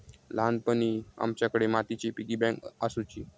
ल्हानपणी आमच्याकडे मातीची पिगी बँक आसुची